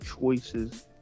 choices